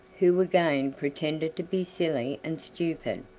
who again pretended to be silly and stupid.